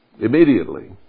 immediately